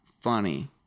funny